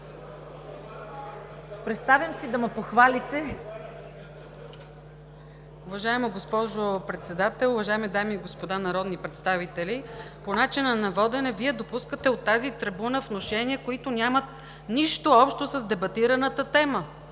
ЛЕЧЕВА (БСП за България): Уважаема госпожо Председател, уважаеми дами и господа народни представители! По начина на водене Вие допускате от тази трибуна внушения, които нямат нищо общо с дебатираната тема.